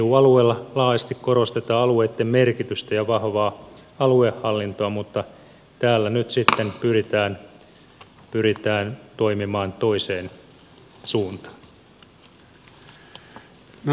eu alueella laajasti korostetaan alueitten merkitystä ja vahvaa aluehallintoa mutta täällä nyt sitten pyritään toimimaan toiseen suuntaan